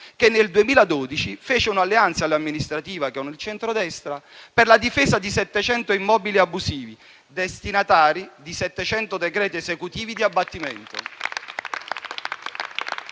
che nel 2012 fece un'alleanza alle elezioni amministrative con il centrodestra per la difesa di 700 immobili abusivi, destinatari di 700 decreti esecutivi di abbattimento.